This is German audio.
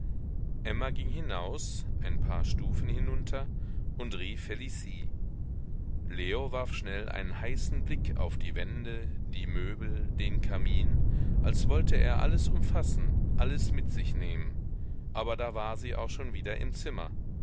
emma ging hinaus ein paar stufen hinunter und rief felicie leo warf schnell einen heißen blick auf die wände die möbel den kamin als wollte er alles umfassen alles mit sich nehmen aber da war sie auch schon wieder im zimmer